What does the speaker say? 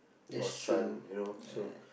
or son you know